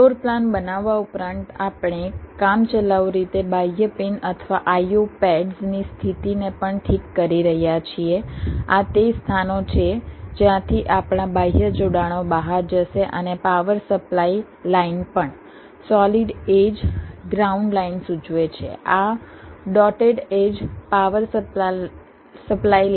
floor plan બનાવવા ઉપરાંત આપણે કામચલાઉ રીતે બાહ્ય પિન અથવા IO પેડ્સ ની સ્થિતિને પણ ઠીક કરી રહ્યા છીએ આ તે સ્થાનો છે જ્યાંથી આપણા બાહ્ય જોડાણો બહાર જશે અને પાવર સપ્લાય લાઇન પણ સોલિડ એડ્જ ગ્રાઉન્ડ લાઇન સૂચવે છે આ dotted edge power supply line VDD સૂચવે છે